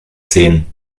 sehen